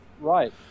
right